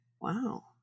Wow